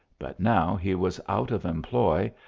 but now he was out of employ,